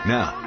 Now